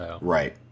Right